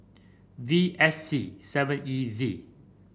V S C seven E Z